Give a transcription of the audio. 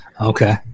Okay